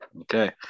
Okay